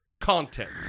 content